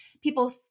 people